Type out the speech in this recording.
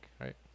right